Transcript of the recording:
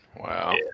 Wow